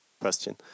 question